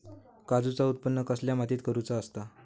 काजूचा उत्त्पन कसल्या मातीत करुचा असता?